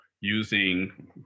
using